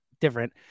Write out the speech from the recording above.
different